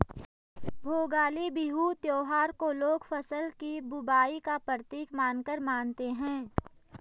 भोगाली बिहू त्योहार को लोग फ़सल की बुबाई का प्रतीक मानकर मानते हैं